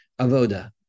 avoda